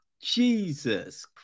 Jesus